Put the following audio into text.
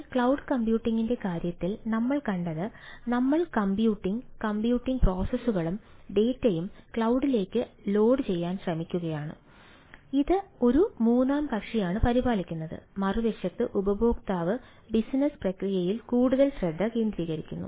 cloud കമ്പ്യൂട്ടിംഗി പ്രക്രിയയിൽ കൂടുതൽ ശ്രദ്ധ കേന്ദ്രീകരിക്കുന്നു